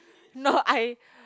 no I